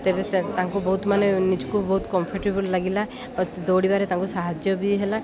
ତେବେ ତାଙ୍କୁ ବହୁତ ମାନେ ନିଜକୁ ବହୁତ କମ୍ଫର୍ଟେବୁଲ ଲାଗିଲା ଦୌଡ଼ିବାରେ ତାଙ୍କୁ ସାହାଯ୍ୟ ବି ହେଲା